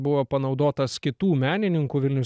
buvo panaudotas kitų menininkų vilnius